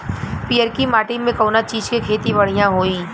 पियरकी माटी मे कउना चीज़ के खेती बढ़ियां होई?